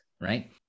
right